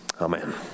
Amen